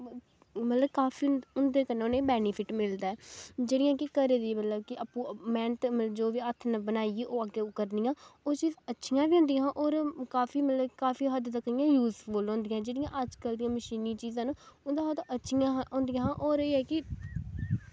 मतलब काफी इंदे उंदे कन्नै काफी उनेंगी बैनिफिट्ट मिलदा ऐ जेह्ड़ियां कि घरै दियां मतलब कि आपूं मैह्नत मतलब जो बी हत्थें ने बनाइयै ओह् अग्गैं करनियां ओह् चीज अच्छियां बी होंदियां ही होर काफी मतलब काफी हद्द तक इयां यूजफुल होंदियां जेह्ड़ियां अज्जकल दियां मशीनी चीजां न उं'दे शा ता अच्छियां हा होंदियां हा होर एह् ऐ कि